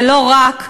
ולא רק,